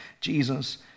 Jesus